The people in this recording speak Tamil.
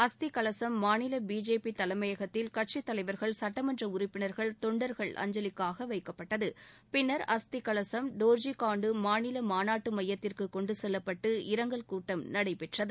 அஸ்தி கலசம் மாநில பிஜேபி தலைமையகத்தில் கட்சித்தலைவர்கள் சுட்டமன்ற உறுப்பினர்கள் தொண்டர்கள் அஞ்சலிக்காக வைக்கப்பட்டது பின்னர் அஸ்தி கலசம் டோர்ஜி காண்டூ மாநில மாநாட்டு மையத்திற்கு கொண்டுசெல்லப்பட்டு இரங்கல் கூட்டம் நடைபெற்றது